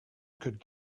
could